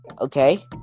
okay